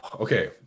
okay